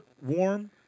warm